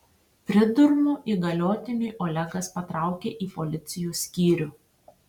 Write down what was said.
pridurmu įgaliotiniui olegas patraukė į policijos skyrių